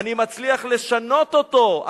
אני מצליח לשנות אותו,